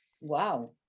Wow